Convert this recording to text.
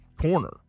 corner